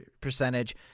percentage